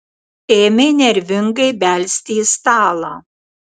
ėmė nervingai belsti į stalą